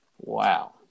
Wow